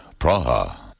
Praha